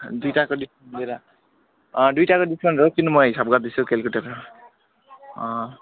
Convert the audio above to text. दुईवटाकोले लिएर अँ दुईवटाको डिस्काउन्ट हो एकछिन म हिसाब गर्दैछु क्याल्कुलेटरमा